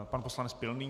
Pan poslanec Pilný.